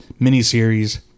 miniseries